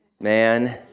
man